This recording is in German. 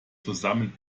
zusammen